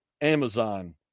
Amazon